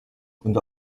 und